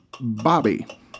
Bobby